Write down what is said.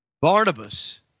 Barnabas